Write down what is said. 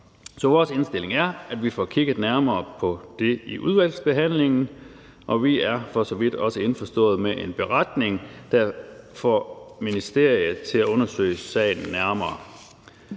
Så vores indstilling er, at vi får kigget nærmere på det i udvalgsbehandlingen, og vi er for så vidt også indforstået med at lave en beretning, der får ministeriet til at undersøge sagen nærmere.